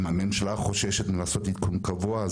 אם הממשלה חוששת לעשות עדכון קבוע,